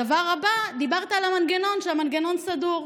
הדבר הבא: דיברת על המנגנון, שהמנגנון סדור.